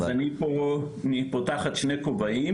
אבל- אז אני פה תחת שני כובעים,